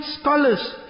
scholars